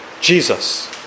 Jesus